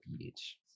PH